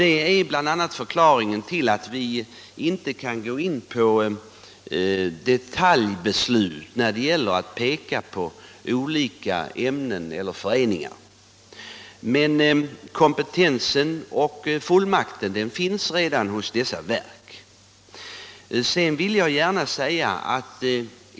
Det är bl.a. förklaringen till att vi inte kan gå in på detaljbeslut när det gäller olika ämnen eller föreningar. Kompetensen och fullmakten finns redan hos dessa verk.